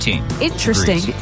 Interesting